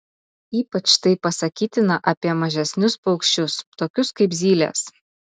ypač tai pasakytina apie mažesnius paukščius tokius kaip zylės